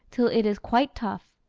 till it is quite tough.